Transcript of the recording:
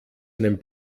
einen